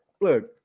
Look